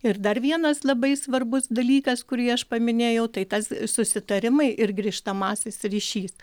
ir dar vienas labai svarbus dalykas kurį aš paminėjau tai tas susitarimai ir grįžtamasis ryšys